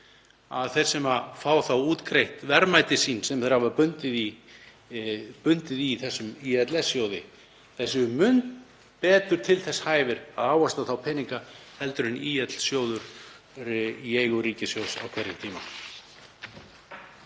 að þeir sem fá útgreidd verðmæti sín, sem þeir hafa bundið í þessum ÍLS-sjóði, séu mun betur til þess hæfir að ávaxta þá peninga heldur en ÍL-sjóður í eigu ríkissjóðs á hverjum tíma.